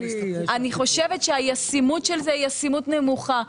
אני חושבת שהישימות של זה היא ישימות נמוכה.